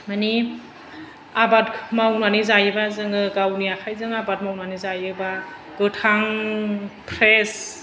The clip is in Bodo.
मानि आबाद मावनानै जायोबा जोङो गावनि आखाइजों आबाद मावनानै जायोबा गोथां फ्रेस